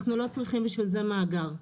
אנחנו לא צריכים בשביל זה מאגר.